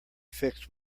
fixed